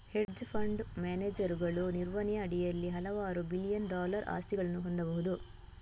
hedge fund ಮ್ಯಾನೇಜರುಗಳು ನಿರ್ವಹಣೆಯ ಅಡಿಯಲ್ಲಿ ಹಲವಾರು ಬಿಲಿಯನ್ ಡಾಲರ್ ಆಸ್ತಿಗಳನ್ನು ಹೊಂದಬಹುದು